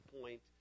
point